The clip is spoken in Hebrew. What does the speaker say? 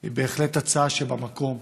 היא בהחלט הצעה במקום,